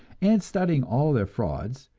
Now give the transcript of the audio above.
and studying all their frauds,